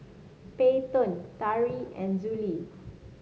Peyton Tari and Zollie